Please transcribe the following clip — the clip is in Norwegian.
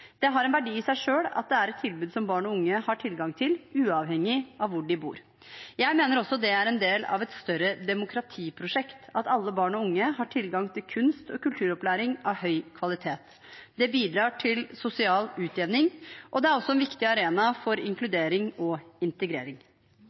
Det har en verdi i seg selv at det er et tilbud barn og unge har tilgang til, uavhengig av hvor de bor. Jeg mener også det er en del av et større demokratiprosjekt: at alle barn og unge har tilgang til kunst- og kulturopplæring av høy kvalitet. Det bidrar til sosial utjevning, og det er også en viktig arena for